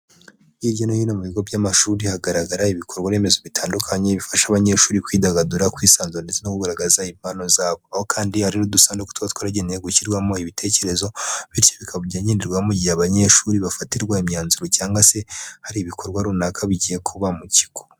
Hirya no hino mu bigo by'amashuri hagaragara ibikorwa remezo bitandukanye, bifasha abanyeshuri kwidagadura, kwisanzura, ndetse no kugaragaza impano zabo, aho kandi hari n'udusanduku tuba twaragenewe gushyirwamo ibitekerezo, bityo bikaba byagenderwaho mu gihe abanyeshuri bafatirwa imyanzuro, cyangwa se hari ibikorwa runaka bigiye kuba mu kigo.